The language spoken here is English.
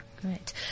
Great